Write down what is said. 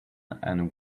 and